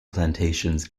plantations